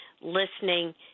listening